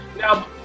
now